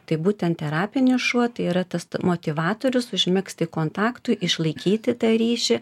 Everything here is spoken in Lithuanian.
tai būtent terapinis šuo tai yra tas motyvatorius užmegzti kontaktui išlaikyti tą ryšį